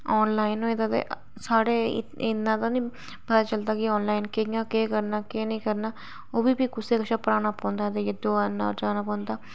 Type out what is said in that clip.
online होए दा ते साढ़े इन्ना ते निं पता चलदा कि आनलाइन कि'यां केह् करना ते केह् नेईं करना ओह् बी फिर कुसै कशा भराना पौंदा जाइयै दकानै पर जाना पौंदा